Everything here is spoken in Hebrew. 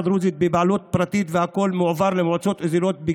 הדרוזית בבעלות פרטית והכול מועבר למועצות האזוריות,